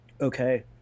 okay